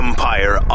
Empire